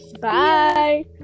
Bye